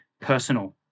personal